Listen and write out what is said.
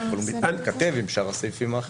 אבל זה מתכתב עם שאר הסעיפים האחרים.